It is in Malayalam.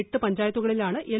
എട്ട് പഞ്ചായത്തുകളിലാണ് എൽ